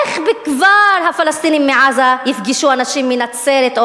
איך הפלסטינים מעזה יפגשו אנשים מנצרת או